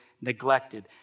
neglected